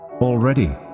Already